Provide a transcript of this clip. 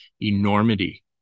enormity